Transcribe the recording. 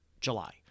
July